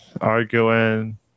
arguing